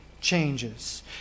changes